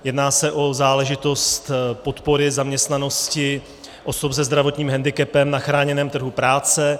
Jedná se o záležitost podpory zaměstnanosti osob se zdravotním hendikepem na chráněném trhu práce.